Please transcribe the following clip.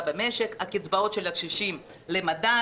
במשק והקצבאות של הקשישים צמודות למדד.